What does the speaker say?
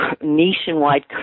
nationwide